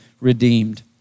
redeemed